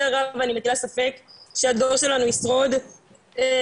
הרבה אני מטילה ספק שהדור שלנו ישרוד נפשית